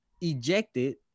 ejected